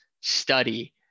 study